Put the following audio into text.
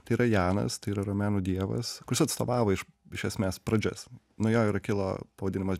tai yra janas tai romėnų dievas kuris atstovavo iš iš esmės pradžias nuo jo ir kilo pavadinimas